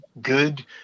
good